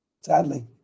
Sadly